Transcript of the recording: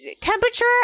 temperature